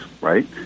right